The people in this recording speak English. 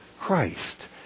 Christ